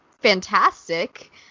fantastic